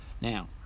Now